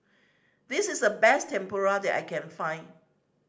this is the best Tempura that I can find